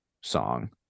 song